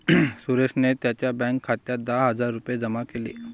सुरेशने त्यांच्या बँक खात्यात दहा हजार रुपये जमा केले